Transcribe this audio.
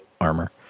armor